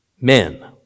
Men